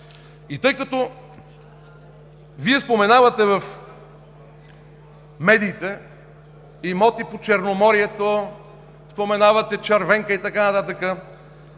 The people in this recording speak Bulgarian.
И тъй като Вие споменавате в медиите имоти по Черноморието, споменавате Червенка и така нататък